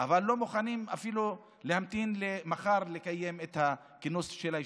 אבל לא מוכנים אפילו להמתין למחר לקיים את הכינוס של הישיבה.